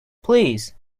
please